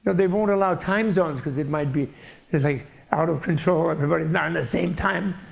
they won't allow time zones because it might be out of control. everybody's not on the same time.